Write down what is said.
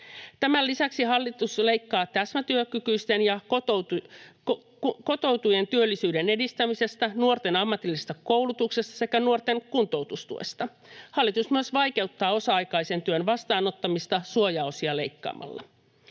Tämän lisäksi hallitus leikkaa täsmätyökykyisten ja kotoutujien työllisyyden edistämisestä, nuorten ammatillisesta koulutuksesta sekä nuorten kuntoutustuesta. Hallitus myös vaikeuttaa osa-aikaisen työn vastaanottamista suojaosia leikkaamalla.